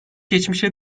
geçmişe